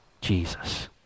Jesus